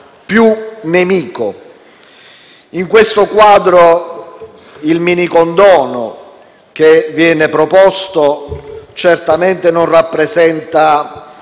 più nemico. In questo quadro, il minicondono che viene proposto certamente non rappresenta